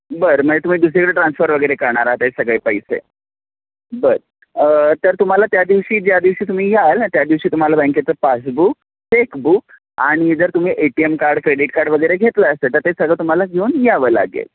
बर म्हणजे तुम्ही दुसरीकडं ट्रान्सफर वगैरे करणार आहात हे सगळे पैसे बर तर तुम्हाला त्या दिवशी ज्या दिवशी तुम्ही याल ना त्या दिवशी तुम्हाला बँकेचं पासबुक चेकबुक आणि जर तुम्ही A T M card credit card वगैरे घेतलं असेल तर ते सगळं तुम्हाला घेऊन यावं लागेल